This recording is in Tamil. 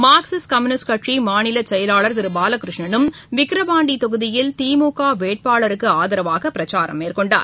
மார்க்சிஸ்ட் கம்யூனிஸ்ட் கட்சிமாநிலசெயலாளர் திருபாலகிருஷ்ணனும் விக்கிரவாண்டிதொகுதியில் திமுகவேட்பாளருக்குஆதரவாகபிரச்சாரம் மேற்கொண்டார்